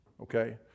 okay